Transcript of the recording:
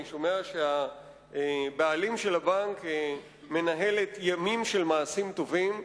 אני שומע שהבעלים של הבנק מנהלת ימים של מעשים טובים,